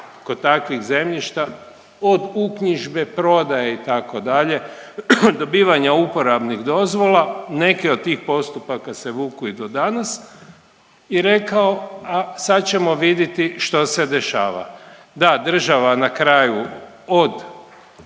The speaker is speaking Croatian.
kod takvih zemljišta, od uknjižbe, prodaje, itd., dobivanja uporabnih dozvola, neke od tih postupaka se vuku i do danas i rekao, a sad ćemo vidjeti što se dešava. Da, država na kraju od